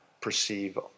perceive